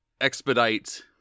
expedite